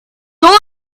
all